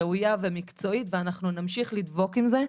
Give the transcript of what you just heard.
ראויה ומקצועית ואנחנו נמשיך לדבוק בזה.